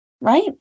Right